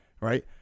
right